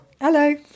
Hello